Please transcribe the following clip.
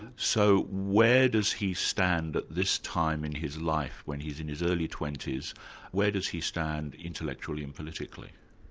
so where does he stand at this time in his life, when he's in his early twenty s where does he stand intellectually and politically?